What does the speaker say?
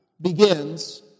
begins